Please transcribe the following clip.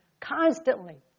constantly